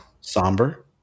Somber